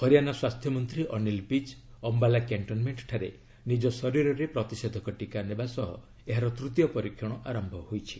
ହରିଆଣା ସ୍ପାସ୍ଥ୍ୟ ମନ୍ତ୍ରୀ ଅନୀଲ ବିଜ୍ ଅମ୍ଭାଲା କ୍ୟାଷ୍ଟନ୍ମେଷ୍ଟଠାରେ ନିଜ ଶରୀରରେ ପ୍ରତିଷେଧକ ଟିକା ନେବା ସହ ଏହାର ତୂତୀୟ ପରୀକ୍ଷଣ ଆରମ୍ଭ ହୋଇଛି